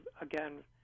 again